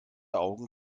augen